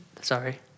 Sorry